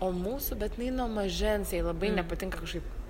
o mūsų bet jinai nuo mažens jai labai nepatinka kažkaip